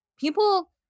people